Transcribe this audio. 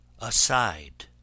Aside